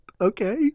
Okay